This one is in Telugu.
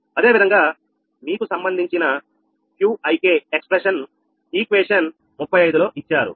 అదే విధంగా మీకు సంబంధించిన 𝑄𝑖k వ్యక్తీకరణ సమీకరణం 35 లో ఇచ్చారు